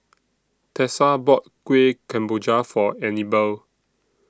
Tessa bought Kuih Kemboja For Anibal